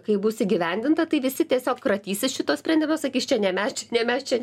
kai bus įgyvendinta tai visi tiesiog kratysis šito sprendimo sakys čia ne mes čia ne mes čia